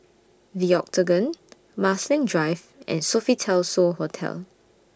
The Octagon Marsiling Drive and Sofitel So Hotel